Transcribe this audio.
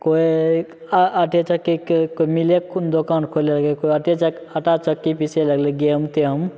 कोइ आ आटे चक्कीके कोइ मीलेके दोकान खोलि लेलकै कोइ आटे चक्की आटा चक्की पीसे लगलै गेहूँ तेहूँ